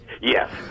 Yes